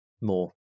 more